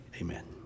amen